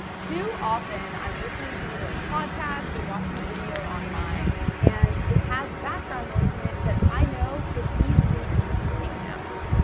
too often i'm listening to either a podcast or watching a video online and it has background noise in it that i know could easily be taken out.